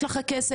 יש לך כסף,